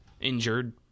injured